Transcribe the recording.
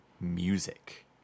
music